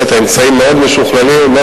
באמת האמצעים משוכללים מאוד,